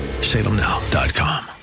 Salemnow.com